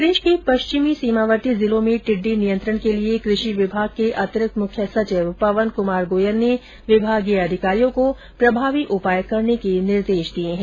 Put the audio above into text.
प्रदेश के पश्चिमी सीमावर्ती जिलों में टिड्डी नियंत्रण के लिए कृषि विभाग के अतिरिक्त मुख्य सचिव पवन कुमार गोयल ने विभागीय अधिकारियों को प्रभावी उपाय करने के निर्देश दिए हैं